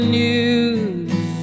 news